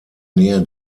nähe